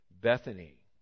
Bethany